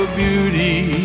beauty